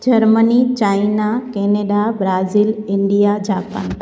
Germany China Canada Brazil India Japan